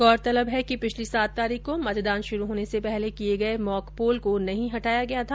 गौरतलब है कि पिछली सात तारीख को मतदान शुरू होने से पहले किये गये मॉक पोल को नहीं हटाया गया था